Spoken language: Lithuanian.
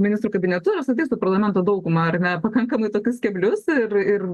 ministrų kabinetu ir apskritai su parlamento dauguma ar ne pakankamai tokius keblius ir ir